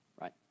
right